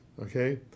okay